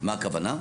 מה הכוונה?